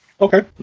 Okay